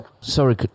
Sorry